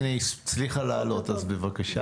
הנה, היא הצליחה לעלות, בבקשה.